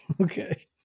okay